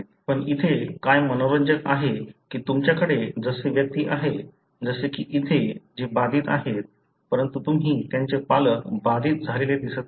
पण इथे काय मनोरंजक आहे की तुमच्याकडे जसे व्यक्ती आहेत जसे की इथे जे बाधित आहेत परंतु तुम्ही त्यांचे पालक बाधित झालेले दिसत नाही